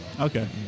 Okay